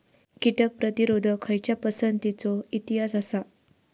कीटक प्रतिरोधक खयच्या पसंतीचो इतिहास आसा?